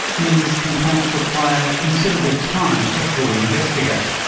means complaints require considerable time to fully investigate.